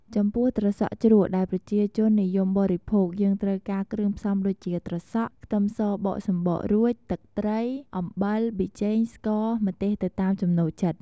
ចំពោះត្រសក់ជ្រក់ដែលប្រជាជននិយមបរិភោគ យេីងត្រូវការគ្រឿងផ្សំដូចជា ត្រសក់ ខ្ទឹមសបកសំបករួច ទឹកត្រី អំបិល ប៊ីចេង ស្ករ ម្ទេសទៅតាមចំណូលចិត្ត។